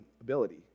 ability